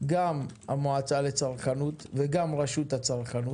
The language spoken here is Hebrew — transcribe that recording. גם המועצה לצרכנות וגם הרשות להגנת הצרכן?